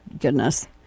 goodness